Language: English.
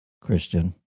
Christian